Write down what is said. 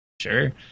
Sure